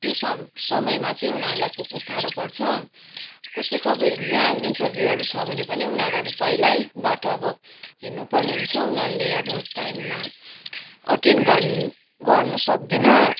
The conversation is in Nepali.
त्यो स समयमा चाहिँ उनीहरूलाई पुग्न साह्रो पर्छ कसैको अब इक्जाम इन्टरभ्युहरू छ भने पनि उनीहरू अब पहिल्यैबाट अब हिँड्नु पर्ने हुन्छ उनीहरूले अब टाइममा एटेन गर्न गर्न सक्दैन